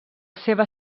seva